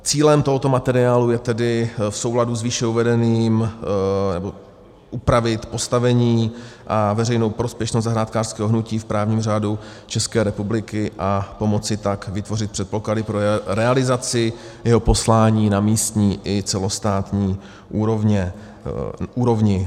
Cílem tohoto materiálu je tedy v souladu s výše uvedeným upravit postavení, veřejnou prospěšnost zahrádkářského hnutí v právním řádu České republiky, a pomoci tak vytvořit předpoklady pro realizaci jeho poslání na místní i celostátní úrovni.